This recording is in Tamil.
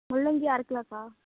முள்ளங்கி அரை கிலோக்கா